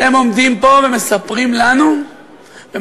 אתם עומדים פה ומספרים לנו ומטיפים